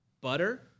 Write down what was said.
butter